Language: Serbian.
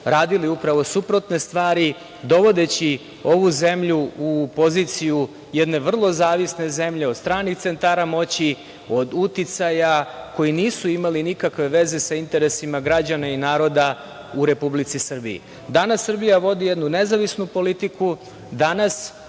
radili upravo suprotne stvari dovodeći ovu zemlju u poziciju jedne vrlo zavisne zemlje od stranih centara moći, od uticaja koji nisu imali nikakve veze sa interesima građana i naroda u Republici Srbiji. Danas Srbija vodi jednu nezavisnu politiku. Danas